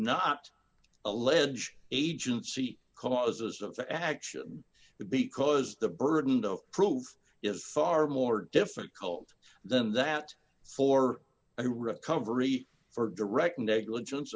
not allege agency causes of their action because the burden of proof is far more difficult them that for a recovery for direct negligence